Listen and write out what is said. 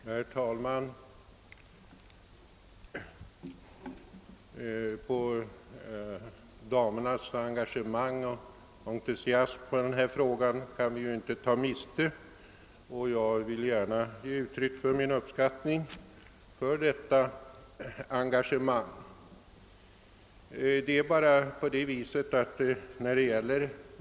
Herr talman! Damernas engagemang och entusiasm i denna fråga är inte att ta miste på, och jag vill gärna ge uttryck för min uppskattning av detta engagemang.